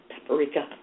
Paprika